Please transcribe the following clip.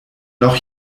noch